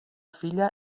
filla